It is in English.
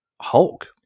Hulk